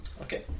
Okay